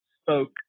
spoke